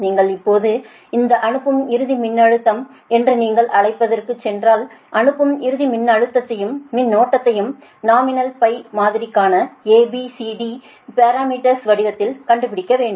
நீங்கள் இப்போது இந்த அனுப்பும் இறுதி மின்னழுத்தம் என்று நீங்கள் அழைப்பதற்கு சென்றாள் அனுப்பும் இறுதி மின்னழுத்தத்தையும் மின்னோட்டத்தையும் நாமினல் மாதிரிக்கான A B C D parameters வடிவத்தில் கண்டுபிடிக்க வேண்டும்